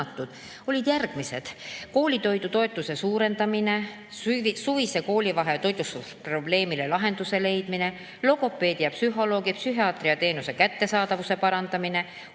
olid järgmised: koolitoidutoetuse suurendamine; suvise koolivaheaja toitlustusprobleemile lahenduse leidmine; logopeedi, psühholoogi ja psühhiaatri teenuse kättesaadavuse parandamine;